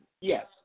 yes